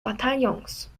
bataillons